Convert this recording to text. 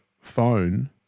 phone